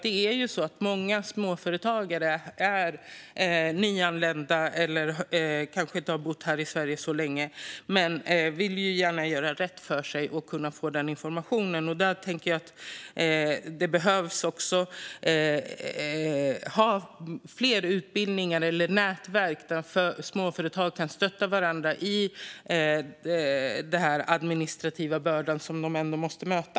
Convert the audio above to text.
Det är ju så att många småföretagare är nyanlända eller kanske inte har bott här i Sverige så länge, men de vill gärna göra rätt för sig och vill därför få den informationen. Det behövs också fler utbildningar eller nätverk där småföretag kan stötta varandra i fråga om den administrativa börda som de ändå måste möta.